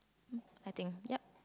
um I think yup